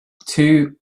two